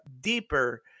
deeper